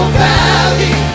valley